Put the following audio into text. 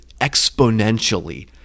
exponentially